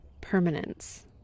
permanence